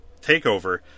TakeOver